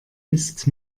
ist